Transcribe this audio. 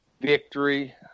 victory